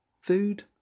Food